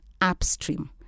Upstream